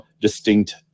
distinct